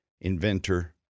inventor